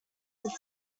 would